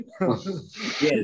yes